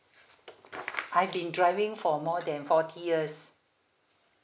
I've been driving for more than forty years